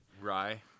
Rye